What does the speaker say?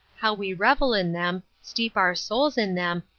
how we revel in them, steep our souls in them,